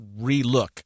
relook